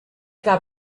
gab